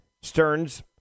Stearns